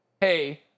hey